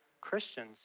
Christians